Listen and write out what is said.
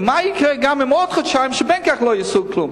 ומה יקרה בעוד חודשיים, שבין כך וכך לא יעשו כלום?